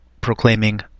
proclaiming